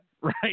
right